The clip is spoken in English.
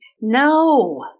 No